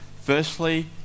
Firstly